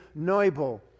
Neubel